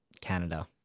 Canada